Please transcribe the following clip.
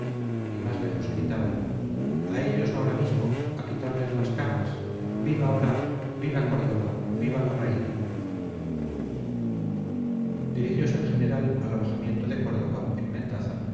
y más lejos gritaban a ellos ahora mismo a quitarles las camas viva oraa viva córdoba viva la reina dirigiose el general al alojamiento de córdoba en mendaza